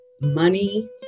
money